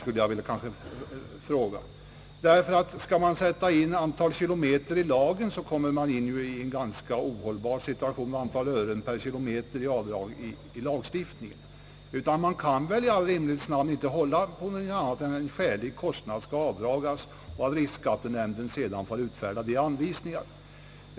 Skall man sätta in kilometerantal och uppgift om ett antal öre i lagen, kommer man emellertid in i ganska ohållbara situationer. Man kan väl i all rimlighets namn inte lagstadga om annat än att en »skälig kostnad» skall få avdragas. Sedan måste riksskattenämnden få utfärda behövliga anvisningar.